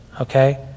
okay